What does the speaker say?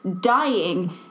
dying